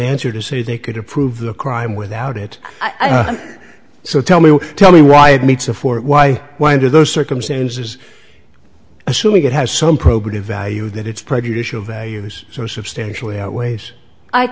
answer to say they could approve the crime without it so tell me tell me why it meets a fort why why do those circumstances assuming it has some probative value that it's prejudicial